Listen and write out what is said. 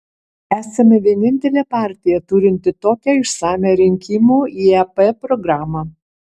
esame vienintelė partija turinti tokią išsamią rinkimų į ep programą